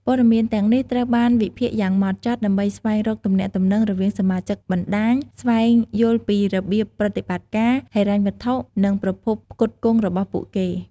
ព័ត៌មានទាំងនេះត្រូវបានវិភាគយ៉ាងហ្មត់ចត់ ដើម្បីស្វែងរកទំនាក់ទំនងរវាងសមាជិកបណ្តាញ ស្វែងយល់ពីរបៀបប្រតិបត្តិការ ហិរញ្ញវត្ថុ និងប្រភពផ្គត់ផ្គង់របស់ពួកគេ។